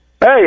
Hey